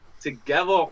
together